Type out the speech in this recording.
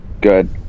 Good